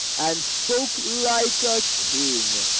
and spoke like a king.